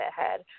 ahead